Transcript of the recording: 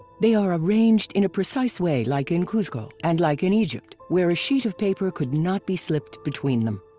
they are arranged in a precise way like in cuzco and like in egypt where a sheet of paper could not be slipped between them.